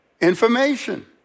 information